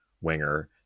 winger